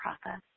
process